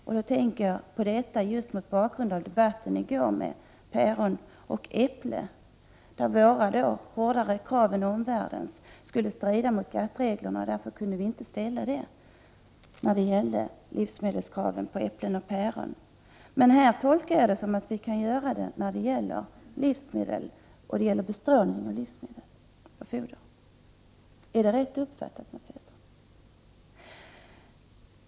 Jag tänker på detta just mot bakgrund av debatten i går om päron och äpplen, där det sades att Sveriges krav, som är hårdare än omvärldens, skulle strida mot GATT-reglerna och att vi i Sverige därför inte kunde ställa dessa krav. Men jag tolkar Mats Hellströms svar som att vi kan ställa dessa hårda krav när det gäller bestrålning av livsmedel och foder. Är det riktigt uppfattat, Mats Hellström?